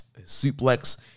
suplex